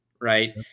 right